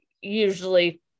usually –